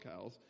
cows